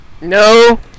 No